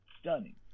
stunning